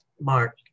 Mark